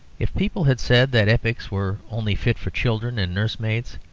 if people had said that epics were only fit for children and nursemaids,